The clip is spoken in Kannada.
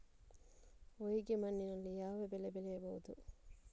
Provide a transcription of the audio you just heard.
ಹೊಯ್ಗೆ ಮಣ್ಣಿನಲ್ಲಿ ಯಾವ ಬೆಳೆ ಬೆಳೆಯಬಹುದು?